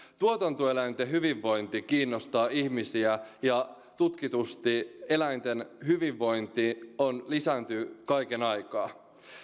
tuotantoeläinten hyvinvointi kiinnostaa ihmisiä ja ja tutkitusti eläinten hyvinvointi lisääntyy kaiken aikaa